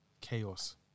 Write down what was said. Chaos